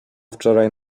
wczoraj